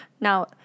Now